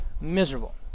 miserable